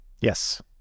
Yes